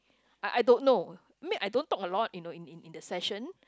I I don't know mean I don't talk a lot you know in in in the session